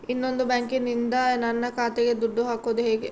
ಇನ್ನೊಂದು ಬ್ಯಾಂಕಿನಿಂದ ನನ್ನ ಖಾತೆಗೆ ದುಡ್ಡು ಹಾಕೋದು ಹೇಗೆ?